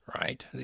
right